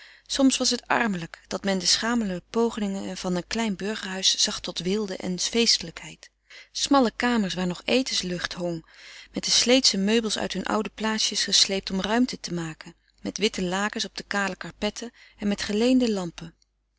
soms was het armelijk dat men de schamele pogingen van een klein burgerhuis zag tot weelde en feestelijkheid smalle kamers waar nog etenslucht hong met de sleetsche meubels uit hun oude plaatsjes gesleept om ruimte te maken met witte lakens op de kale karpetten en met geleende lampen